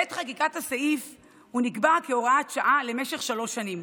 בעת חקיקת הסעיף הוא נקבע כהוראת שעה למשך שלוש שנים.